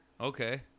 Okay